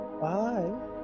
Bye